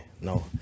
No